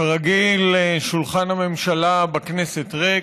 כרגיל, שולחן הממשלה בכנסת ריק.